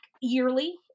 yearly